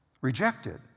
rejected